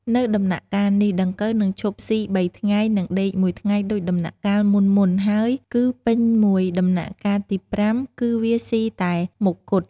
នៅដំណាក់កាលនេះ ដង្កូវនឹងឈប់ស៊ី៣ថ្ងៃ និងដេកមួយថ្ងៃដូចដំណាក់កាលមុនៗហើយ គឺពេញមួយដំណាក់កាលទី៥ គឺវាស៊ីតែមុខគត់។